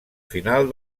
final